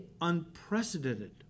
unprecedented